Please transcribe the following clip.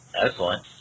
excellent